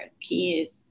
kids